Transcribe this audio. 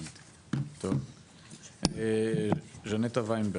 טוב, ז'נטה ויינברג.